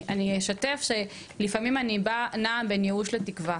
אני אשתף שלפעמים אני נעה בין ייאוש לתקווה.